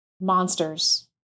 monsters